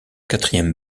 quatrième